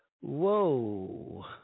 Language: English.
Whoa